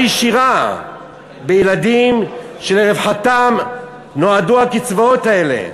ישירה בילדים שלרווחתם נועדו הקצבאות האלה.